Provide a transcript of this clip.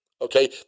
Okay